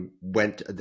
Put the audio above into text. went